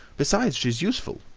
besides, she's useful.